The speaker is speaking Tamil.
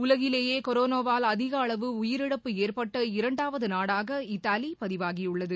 உலகிலேயேகொரோனாவால் அதிகஅளவு உயிரிழப்பு ஏற்பட்ட இரண்டாவதுநாடாக இத்தாலிபதிவாகியுள்ளது